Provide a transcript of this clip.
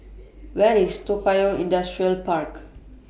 Where IS Toa Payoh Industrial Park